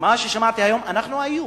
מה ששמעתי היום, אנחנו האיום.